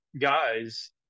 guys